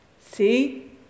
See